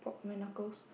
my knuckles